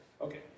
okay